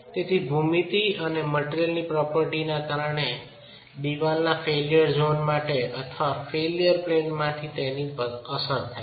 તેથી ભૂમિતિ અને મટિરિયલની પ્રોપર્ટીસના કારણે દિવાલના ફેઇલ્યર ઝોન માટે અથવા ફેઇલ્યર પ્લેનમાં તેની અસર થાય છે